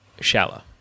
shallow